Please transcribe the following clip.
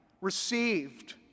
received